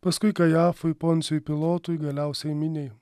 paskui kajafui poncijui pilotui galiausiai miniai